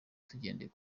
tugendeye